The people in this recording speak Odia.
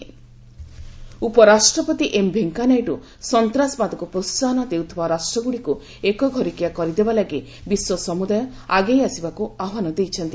ଭାଇସ୍ ପ୍ରେସିଡେଣ୍ଟ ଉପରାଷ୍ଟ୍ରପତି ଏମ୍ ଭେଙ୍କୟା ନାଇଡୁ ସନ୍ତାସବାଦକୁ ପ୍ରୋହାହନ ଦେଉଥିବା ରାଷ୍ଟ୍ରଗୁଡ଼ିକୁ ଏକ ଘରକିଆ କରି ଦେବା ଲାଗି ବିଶ୍ୱ ସମୁଦାୟ ଆଗେଇ ଆସିବାକୁ ଆହ୍ପାନ ଦେଇଛନ୍ତି